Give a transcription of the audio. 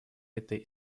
этой